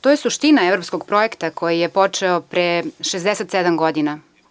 To je suština evropskog projekta koji je počeo pre 67 godina.